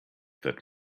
that